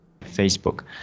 Facebook